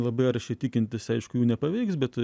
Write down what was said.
labai aršiai tikintys aišku jų nepaveiks bet